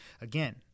again